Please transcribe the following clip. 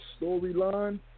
storyline